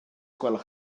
gwelwch